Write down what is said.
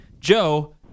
Joe